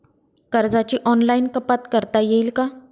कर्जाची ऑनलाईन कपात करता येईल का?